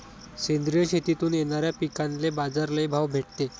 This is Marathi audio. सेंद्रिय शेतीतून येनाऱ्या पिकांले बाजार लई भाव भेटते